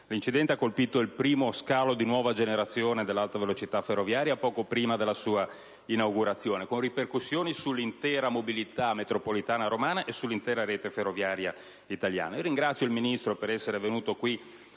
L'incidente ha colpito il primo scalo di nuova generazione dell'alta velocità ferroviaria, poco prima della sua inaugurazione, con ripercussioni sull'intera mobilità metropolitana romana e sull'intera rete ferroviaria italiana. Ringrazio il Ministro per essere venuto ad